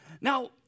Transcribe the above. Now